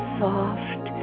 soft